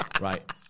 Right